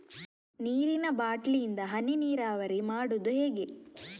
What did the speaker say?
ನೀರಿನಾ ಬಾಟ್ಲಿ ಇಂದ ಹನಿ ನೀರಾವರಿ ಮಾಡುದು ಹೇಗೆ?